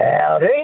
Howdy